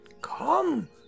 Come